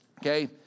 Okay